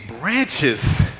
branches